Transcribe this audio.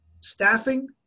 staffing